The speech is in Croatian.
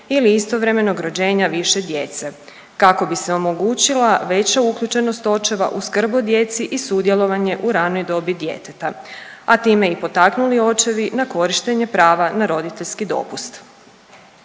ili istovremenog rođenja više djece kako bi se omogućila veća uključenost očeva u skrb o djeci i sudjelovanje u ranoj dobi djeteta, a time i potaknuli očevi na korištenje prava na roditeljski dopust.